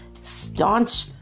staunch